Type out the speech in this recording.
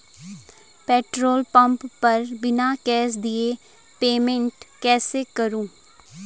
Petrol pump पर बिना cash दिए पेमेंट कैसे करूँ?